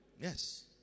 Yes